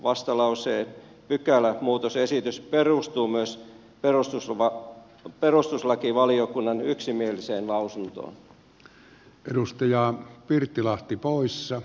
vastalauseen pykälämuutosesitys perustuu myös perustuslakivaliokunnan yksimieliseen lausuntoon